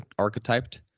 archetyped